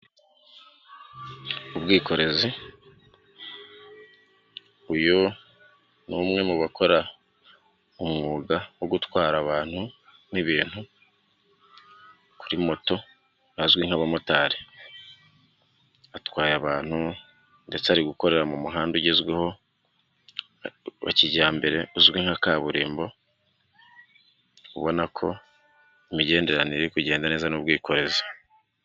ubwikorezi, uyu ni umwe mu bakora umwuga wo gutwara abantu n'ibintu kuri moto, bazwi nk'abamotari. Atwaye abantu, ndetse ari gukorera mu muhanda ugezweho wa kijyambere uzwi nka kaburimbo, ubona ko imigenderanire iri kugenda neza n'ubwikorezi